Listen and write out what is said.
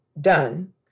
Done